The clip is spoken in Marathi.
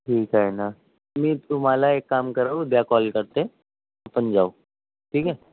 ठीक आहे ना मी तुम्हाला एक काम करू उद्या कॉल करते आपण जाऊ ठीक आहे